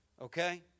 Okay